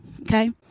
Okay